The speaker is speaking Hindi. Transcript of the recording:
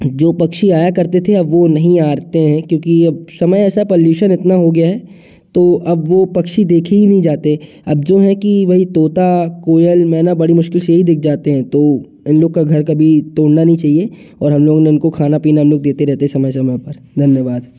जो पक्षी आया करते थे अब वो नहीं आते हैं क्योंकि अब समय ऐसा पौल्यूसन इतना हो गया तो अब वो पक्षी देखे ही नहीं जाते अब जो हैं कि भाई तोता कोयल मैना बड़ी मुश्किल से ही दिख जाते हैं तो इन लोग का घर कभी तोड़ना नहीं चाहिए और हम लोग ने उनको खाना पीना हम लोग देते रहते हैं समय समय पर धन्यवाद